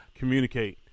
communicate